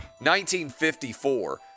1954